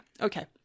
Okay